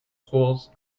schools